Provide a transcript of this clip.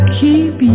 keep